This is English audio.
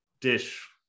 dish